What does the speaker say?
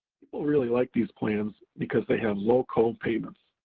people really like these plans because they have low co-payments,